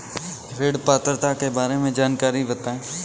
ऋण पात्रता के बारे में जानकारी बताएँ?